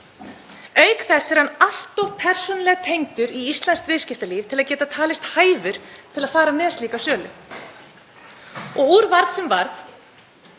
Auk þess er hann allt of persónulega tengdur í íslenskt viðskiptalíf til að geta talist hæfur til að fara með slíka sölu. Og úr varð sem varð;